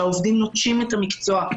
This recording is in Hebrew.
שהעובדים נוטשים את המקצוע.